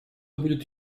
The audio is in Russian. будет